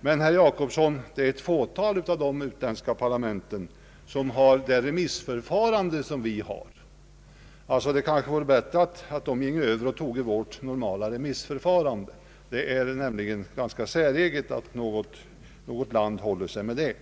Men, herr Jacobsson, det är ett fåtal av dessa utländska parlament som har det remissförfarande vi har. Det kanske vore bättre att de ginge över och toge vårt normala remissförfarande. Det är nämligen ganska säreget att något land håller sig med ett sådant.